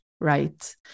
right